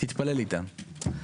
תתפלל איתם.